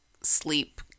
sleep